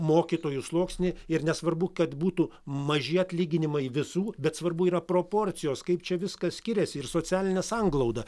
mokytojų sluoksnį ir nesvarbu kad būtų maži atlyginimai visų bet svarbu yra proporcijos kaip čia viskas skiriasi ir socialinė sanglauda